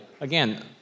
again